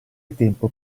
tempo